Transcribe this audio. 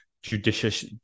judicious